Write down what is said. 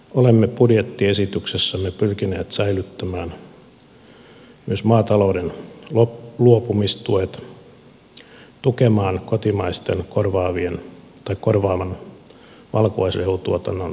olemme budjettiesityksessämme pyrkineet säilyttämään myös maatalouden luopumistuet tukemaan kotimaisen korvaavan valkuaisrehutuotannon kehittämistä ja tutkimusta